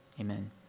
Amen